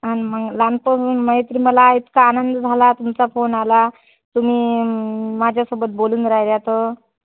आणि मग लहानपणी मैत्री मला इतका आनंद झाला तुमचा फोन आला तुम्ही माझ्यासोबत बोलून राहिल्या तर